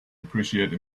appreciate